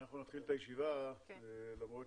אנחנו נתחיל את הישיבה, למרות